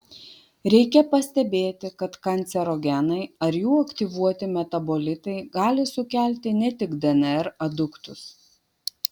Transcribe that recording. reikia pastebėti kad kancerogenai ar jų aktyvuoti metabolitai gali sukelti ne tik dnr aduktus